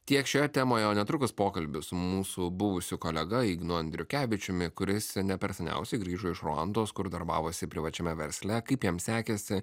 tiek šioje temoje o netrukus pokalbis su mūsų buvusiu kolega ignu andriukevičiumi kuris ne per seniausiai grįžo iš ruandos kur darbavosi privačiame versle kaip jam sekėsi